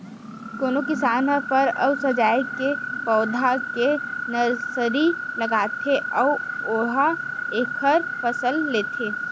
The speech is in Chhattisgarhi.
कोनो किसान ह फर अउ सजाए के पउधा के नरसरी लगाथे अउ उहां एखर फसल लेथे